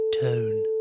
Tone